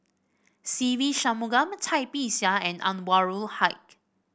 Se Ve Shanmugam Cai Bixia and Anwarul Haque